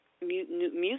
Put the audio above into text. music